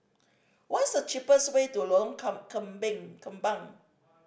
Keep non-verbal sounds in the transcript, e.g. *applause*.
what is the cheapest way to Lorong *unintelligible* Kembang